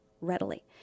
readily